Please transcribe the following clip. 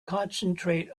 concentrate